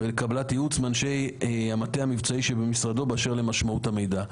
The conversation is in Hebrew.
ולקבלת ייעוץ מאנשי המטה המבצעי שבמשרדו באשר למשמעות המידע".